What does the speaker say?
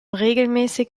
regelmäßig